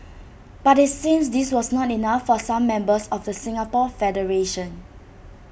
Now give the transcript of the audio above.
but IT seems this was not enough for some members of the Singapore federation